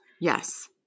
Yes